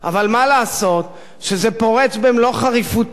אבל מה לעשות שזה פורץ במלוא חריפותו